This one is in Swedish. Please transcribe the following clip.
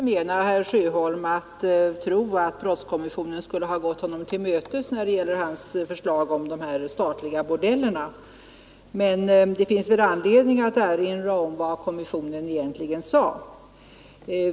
Herr talman! Ingen torde förmena herr Sjöholm att tro att brottskommissionen har gått honom till mötes när det gäller hans förslag om de statliga bordellerna, men det finns anledning erinra om vad kommissionen verkligen sade.